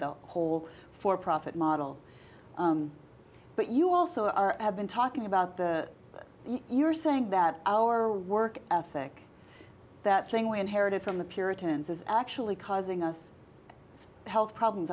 the whole for profit model but you also are have been talking about the you are saying that our work ethic that thing we inherited from the puritans is actually causing us health problems